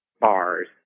bars